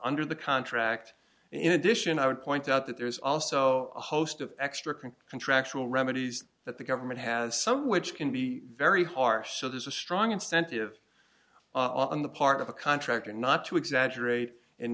under the contract in addition i would point out that there is also a host of extra contractual remedies that the government has some which can be very harsh so there's a strong incentive on the part of a contractor not to exaggerate and